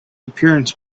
appearance